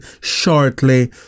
shortly